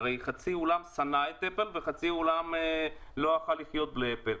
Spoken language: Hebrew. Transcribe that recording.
הרי חצי עולם שנא את אפל וחצי עולם לא יכול היה לחיות בלי אפל.